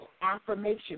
affirmation